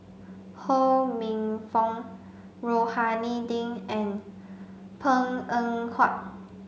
Ho Minfong Rohani Din and Png Eng Huat